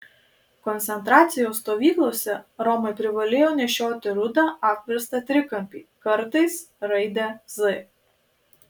koncentracijos stovyklose romai privalėjo nešioti rudą apverstą trikampį kartais raidę z